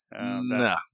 No